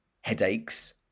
headaches